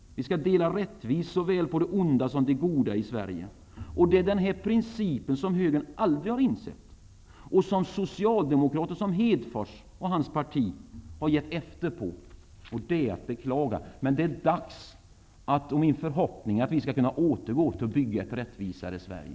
Vi skall dela rättvist såväl på det onda som på det goda i Sverige. Det är denna princip som högern aldrig har insett och som socialdemokrater som Hedfors och hans parti har gett efter på. Och det är att beklaga. Det är min förehoppning att vi snart skall kunna återgå till att bygga ett rättvisare Sverige.